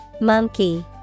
Monkey